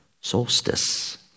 solstice